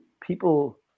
people